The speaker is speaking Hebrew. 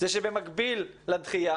אני חושב שלא צריך להסתפק רק בדחייה,